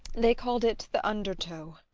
they called it the undertow.